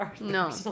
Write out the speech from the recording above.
No